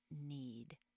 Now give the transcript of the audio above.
need